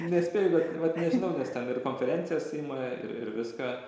nespėju bet vat nežinau nes ten ir konferencijos ima ir ir viską